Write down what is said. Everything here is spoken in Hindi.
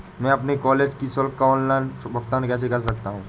मैं अपने कॉलेज की शुल्क का ऑनलाइन भुगतान कैसे कर सकता हूँ?